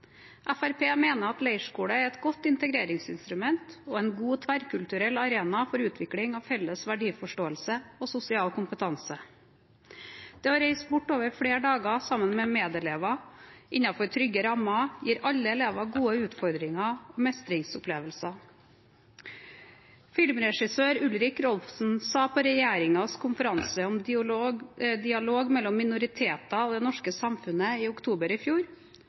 mener at leirskole er et godt integreringsinstrument og en god tverrkulturell arena for utvikling av felles verdiforståelse og sosial kompetanse. Det å reise bort over flere dager sammen med medelever innenfor trygge rammer gir alle elever gode utfordringer og mestringsopplevelser. Filmregissør Ulrik Imtiaz Rolfsen sa følgende på regjeringens konferanse om dialog mellom minoriteter og det norske samfunnet i oktober i fjor: